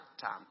time